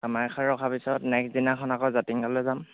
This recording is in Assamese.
কামাখ্যাত ৰখা পিছত নেক্সট দিনাখন আকৌ জাতিংগালৈ যাম